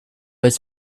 was